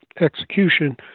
execution